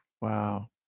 Wow